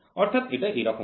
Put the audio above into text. অর্থাৎ এটা এরকমই